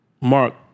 Mark